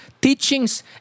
teachings